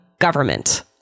government